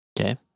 Okay